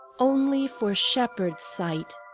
only for shepherds' sight